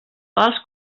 pels